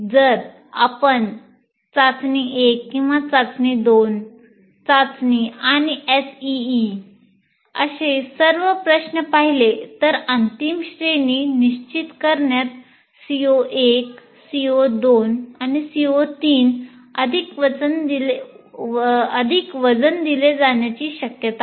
जर आपण सर्व प्रश्न पाहिले तर अंतिम श्रेणी निश्चित करण्यात CO1 CO2 आणि CO3 अधिक वजन दिले जाण्याची शक्यता आहे